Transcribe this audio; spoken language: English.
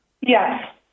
Yes